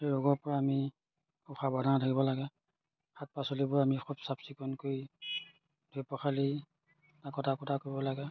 সেই ৰোগৰ পৰা আমি খুব সাৱধানে থাকিব লাগে শাক পাচলিবোৰ আমি খুব চাফ চিকুণকৈ ধুই পখালি কটা কুটা কৰিব লাগে